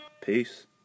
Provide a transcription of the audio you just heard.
Peace